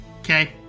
okay